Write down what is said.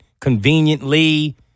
conveniently